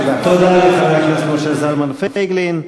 תודה לחבר הכנסת משה זלמן פייגלין.